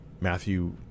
matthew